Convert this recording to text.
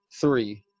three